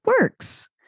works